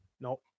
no